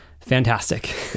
fantastic